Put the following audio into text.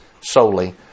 solely